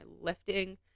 lifting